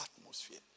atmosphere